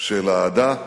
של אהדה,